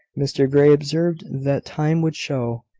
mr grey observed that time would show,